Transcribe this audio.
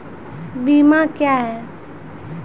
बीमा क्या हैं?